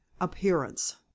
appearance